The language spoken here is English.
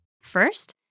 First